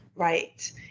Right